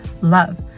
love